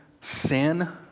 sin